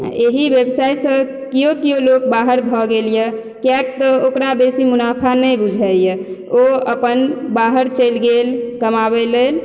एही व्यवसाय सँ केओ केओ लोक बाहर भऽ गेल यऽ किएक तऽ ओकरा बेसी मुनाफा नहि बुझाइया ओ अपन बाहर चलि गेल कमाबै लेल